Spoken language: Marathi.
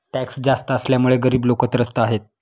टॅक्स जास्त असल्यामुळे गरीब लोकं त्रस्त आहेत